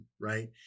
right